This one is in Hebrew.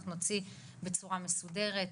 אנחנו נוציא בצורה מסודרת.